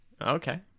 Okay